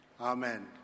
amen